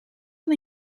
van